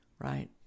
right